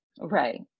Right